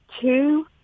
two